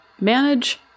manage